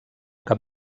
cap